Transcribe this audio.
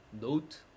note